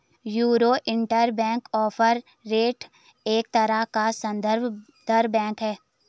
euro interbank offer rate एक तरह का सन्दर्भ दर है